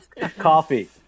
coffee